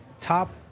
top